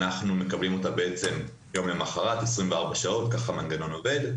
אנחנו מקבלים אותה 24 שעות אחרי כך המנגנון עובד.